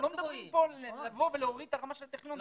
אנחנו לא מדברים פה על להוריד את הרמה של הטכניון,